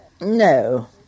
No